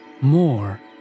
More